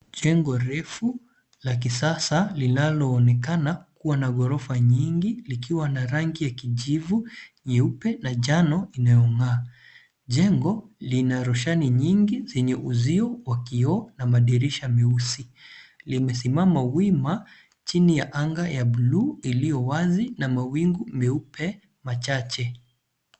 Jengo refu la kisasa linaloonekana kuwa na ghorofa nyingi likiwa na rangi ya kijivu, nyeupe na njano inayong'aa. Jengo lina roshani nyingi zenye uzio wa kioo na madirisha meusi, limesimama wima chini ya anga ya buluu iliyowazi na mawingu meupe machache.